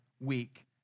week